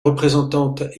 représentante